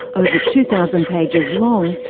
over two thousand pages long,